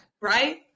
right